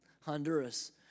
Honduras